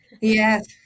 Yes